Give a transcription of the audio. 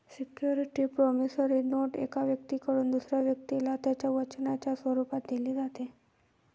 security promissory note एका व्यक्तीकडून दुसऱ्या व्यक्तीला त्याच्या वचनाच्या स्वरूपात दिली जाते